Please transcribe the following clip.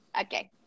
Okay